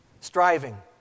Striving